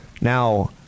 Now